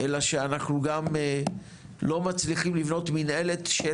אלא שאנחנו גם לא מצליחים לבנות מנהלת של